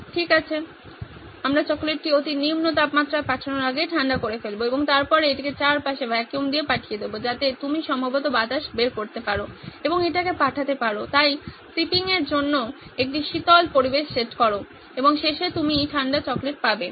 ঠিক আছে আমরা চকোলেটটি অতি নিম্ন তাপমাত্রায় পাঠানোর আগে ঠান্ডা করে ফেলব এবং তারপরে এটিকে চারপাশে ভ্যাকুয়াম দিয়ে পাঠিয়ে দেব যাতে আপনি সম্ভবত বাতাস বের করতে পারেন এবং এটিকে পাঠাতে পারেন তাই শিপিংয়ের জন্য একটি শীতল পরিবেশ সেট করুন এবং শেষে আপনি ঠান্ডা চকলেট পাবেন